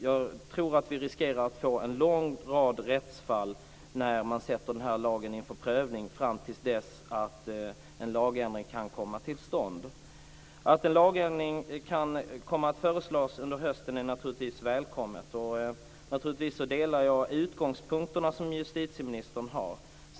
Jag tror att vi riskerar att få en lång rad rättsfall när man sätter den här lagen inför prövning fram till dess att en lagändring kan komma till stånd. Att en lagändring kan komma att föreslås under hösten är naturligtvis välkommet, och jag delar de utgångspunkter som justitieministern har.